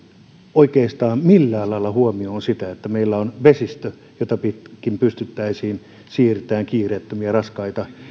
oikeastaan millään lailla huomioon sitä että meillä on vesistö jota pitkin pystyttäisiin siirtämään kiireettömiä raskaita